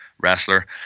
wrestler